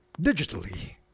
digitally